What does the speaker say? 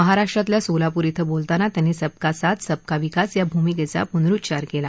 महाराष्ट्रतल्या सोलापूर क्वें बोलताना त्यांनी सबका साथ सबका विकास या भूमिकेचा पुनरुच्चार केला